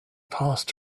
passed